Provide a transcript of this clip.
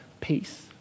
peace